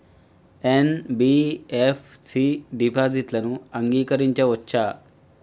NBFC డిపాజిట్లను అంగీకరించవచ్చా?